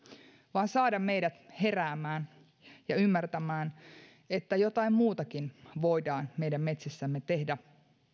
vaan saada meidät heräämään ja ymmärtämään että jotain muutakin voidaan meidän metsissämme tehdä